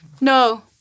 No